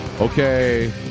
okay